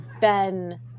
Ben